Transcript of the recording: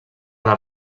les